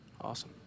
Awesome